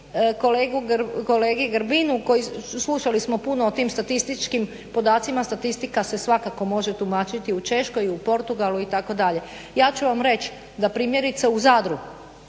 kolegi Grbinu, slušali smo puno o tim statističkim podacima. Statistika se svakako može tumačiti i u Češkoj i u Portugalu itd. Ja ću vam reć da primjerice u Zadru